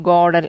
God